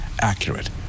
accurate